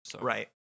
Right